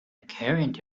current